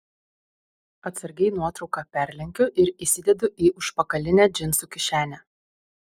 atsargiai nuotrauką perlenkiu ir įsidedu į užpakalinę džinsų kišenę